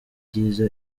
byiza